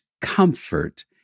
comfort